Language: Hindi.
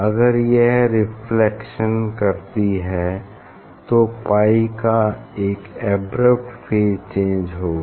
अगर यह रिफ्लेक्शन करती है तो पाई का एक अब्रप्ट फेज चेंज होगा